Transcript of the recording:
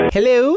Hello